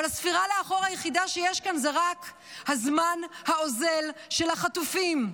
אבל הספירה לאחור היחידה שיש כאן זה רק הזמן האוזל של החטופים.